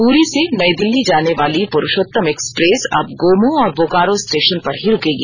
पूरी से नई दिल्ली जाने वाली प्रूशोतम एक्सप्रेस अब गोमो और बोकारो स्टे ान पर ही रूकेगी